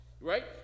right